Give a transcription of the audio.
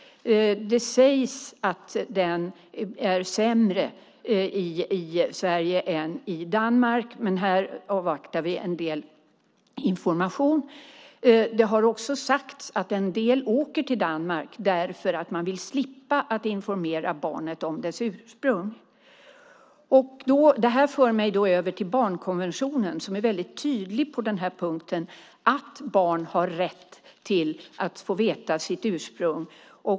Det sägs att den är sämre i Sverige än i Danmark, men vi avvaktar en del information. Det har också sagts att en del åker till Danmark för att de vill slippa informera barnet om dess ursprung. Detta för mig över till barnkonventionen, som är väldigt tydlig om att barn har rätt att få veta sitt ursprung.